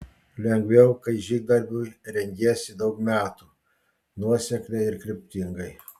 lengviau kai žygdarbiui rengiesi daug metų nuosekliai ir kryptingai